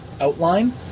outline